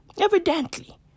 evidently